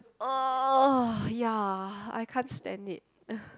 !ugh! ya I can't stand it